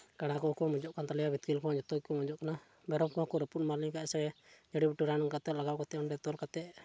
ᱠᱟᱲᱟ ᱠᱚᱠᱚ ᱢᱚᱡᱚᱜ ᱠᱟᱱ ᱛᱟ ᱞᱮᱭᱟ ᱵᱤᱛᱠᱤᱞ ᱠᱚ ᱡᱚᱛᱚ ᱜᱮᱠᱚ ᱢᱚᱡᱚᱜ ᱠᱟᱱᱟ ᱢᱮᱨᱚᱢ ᱠᱚᱦᱚᱸ ᱠᱚ ᱨᱟᱹᱯᱩᱫ ᱮᱢᱟᱱ ᱞᱮᱱᱠᱷᱟᱱ ᱥᱮ ᱡᱟᱹᱲᱤᱵᱩᱴᱤ ᱨᱟᱱ ᱞᱟᱜᱟᱣ ᱠᱟᱛᱮᱫ ᱚᱸᱰᱮ ᱛᱚᱞ ᱠᱟᱛᱮᱫ